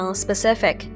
specific